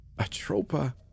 Atropa